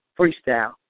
freestyle